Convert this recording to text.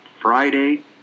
Friday